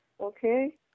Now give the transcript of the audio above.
Okay